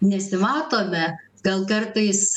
nesimatome gal kartais